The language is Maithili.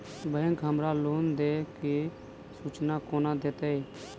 बैंक हमरा लोन देय केँ सूचना कोना देतय?